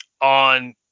On